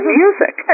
music